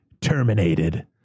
terminated